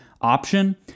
option